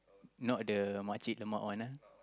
not the makcik lemak one ah